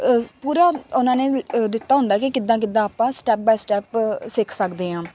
ਪੂਰਾ ਉਹਨਾਂ ਨੇ ਦਿੱਤਾ ਹੁੰਦਾ ਕਿ ਕਿੱਦਾਂ ਕਿੱਦਾਂ ਆਪਾਂ ਸਟੈਪ ਬਾਏ ਸਟੈਪ ਸਿੱਖ ਸਕਦੇ ਹਾਂ